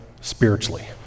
spiritually